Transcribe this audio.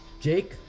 Jake